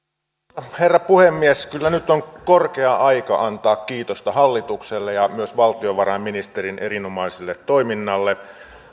arvoisa herra puhemies kyllä nyt on korkea aika antaa kiitosta hallitukselle ja myös valtiovarainministerin erinomaiselle toiminnalle